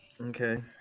Okay